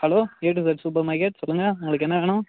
hello A to Z super market சொல்லுங்கள் உங்களுக்கு என்ன வேணும்